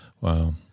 Wow